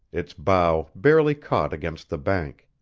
its bow barely caught against the bank.